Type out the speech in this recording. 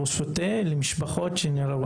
למשפחות שנהרגות.